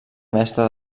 mestre